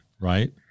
right